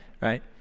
right